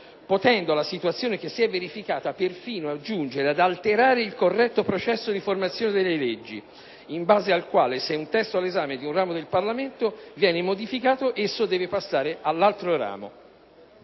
potendo la situazione che si è verificata giungere perfino ad alterare il corretto processo di formazione delle leggi, in base al quale se un testo all'esame di un ramo del Parlamento viene modificato esso deve passare all'altro ramo.